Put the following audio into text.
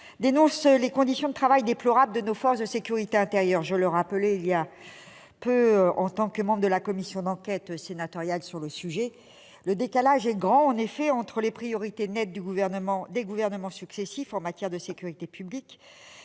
dénoncent les conditions de travail déplorables de nos forces de sécurité intérieure. Je le rappelais voilà peu en tant que membre de la commission d'enquête sénatoriale sur le sujet : le décalage est grand entre les priorités nettes des gouvernements successifs en matière de sécurité publique,